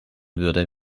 würde